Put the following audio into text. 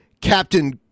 Captain